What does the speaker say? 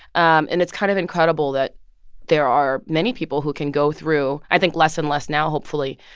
um and it's kind of incredible that there are many people who can go through i think less and less now, hopefully.